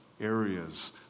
areas